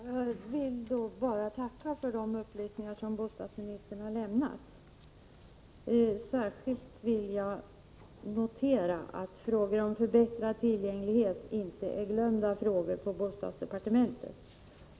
Herr talman! Jag vill bara tacka för de upplysningar som bostadsministern har lämnat. Särskilt vill jag notera att frågor om förbättrad tillgänglighet inte är glömda frågor på bostadsdepartementet.